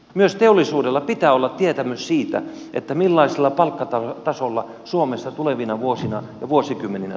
myös teollisuudella pitää olla tietämys siitä millaisella palkkatasolla suomessa tulevina vuosina ja vuosikymmeninä toimitaan